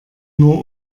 nur